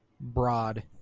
broad